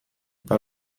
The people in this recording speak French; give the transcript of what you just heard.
pas